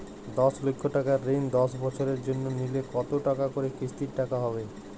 দশ লক্ষ টাকার ঋণ দশ বছরের জন্য নিলে কতো টাকা করে কিস্তির টাকা হবে?